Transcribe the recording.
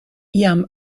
yam